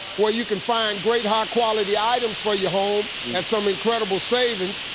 where you can find great, high quality items for your home at some incredible savings.